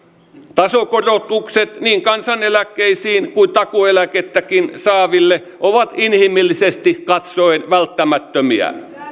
tasokorotukset niin kansaneläkkeisiin kuin takuueläkettäkin saaville ovat inhimillisesti katsoen välttämättömiä